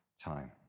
time